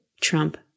trump